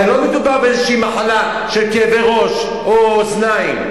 הרי לא מדובר באיזושהי מחלה של כאבי ראש או אוזניים.